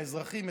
לאזרחים,